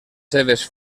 seves